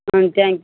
ம் தேங்க்யூ